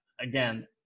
again